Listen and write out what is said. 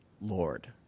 Lord